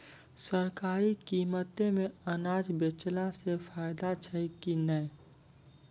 सरकारी कीमतों मे अनाज बेचला से फायदा छै कि नैय?